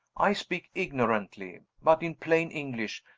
i speak ignorantly but, in plain english,